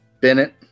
Bennett